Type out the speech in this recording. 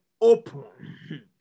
open